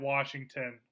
Washington